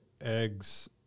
eggs